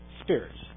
spirits